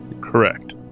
Correct